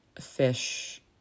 fish